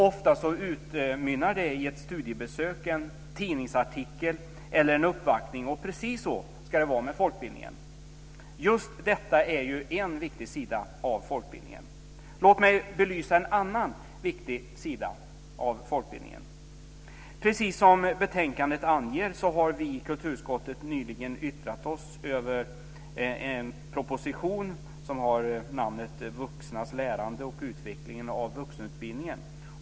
Ofta utmynnar det i ett studiebesök, en tidningsartikel eller en uppvaktning, och precis så ska det vara med folkbildningen. Just detta är en viktig sida av folkbildningen. Låt mig belysa en annan viktig sida av folkbildningen. Precis som anges i betänkandet har vi i kulturutskottet nyligen yttrat oss över en proposition som har namnet Vuxnas lärande och utvecklingen av vuxenutbildningen.